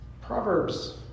Proverbs